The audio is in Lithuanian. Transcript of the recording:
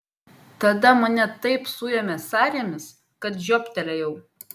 tada mane taip suėmė sąrėmis kad žioptelėjau